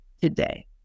today